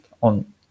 on